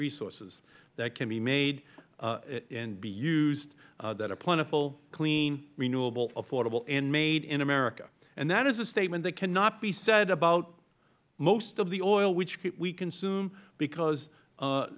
resources that can be made and be used that are plentiful clean renewable affordable and made in america and that is a statement that cannot be said about most of the oil which we consume because